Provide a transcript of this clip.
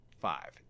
five